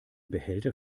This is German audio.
behälter